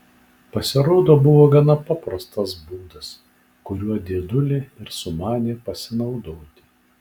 pasirodo buvo gana paprastas būdas kuriuo dėdulė ir sumanė pasinaudoti